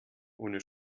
ohne